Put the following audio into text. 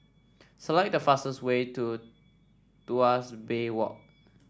select the fastest way to Tuas Bay Walk